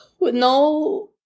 no